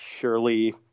surely